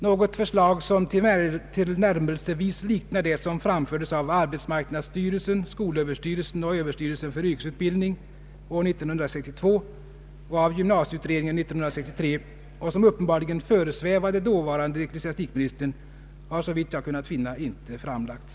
Något förslag som tillnärmelsevis liknar det som framfördes av arbetsmarknadsstyrelsen, skolöverstyrelsen och överstyrelsen för yrkesutbildning år 1962 och av gymnasieutredningen 1963 och som uppenbarligen föresvävade dåvarande ecklesiastikministern har såvitt jag kunnat finna inte framlagts.